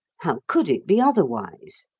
how could it be otherwise?